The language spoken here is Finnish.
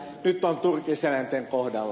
nyt on turkiseläinten kohdalla